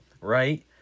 right